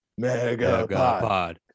Megapod